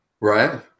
Right